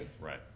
Right